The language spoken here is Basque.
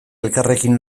elkarrekin